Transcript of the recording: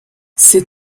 ces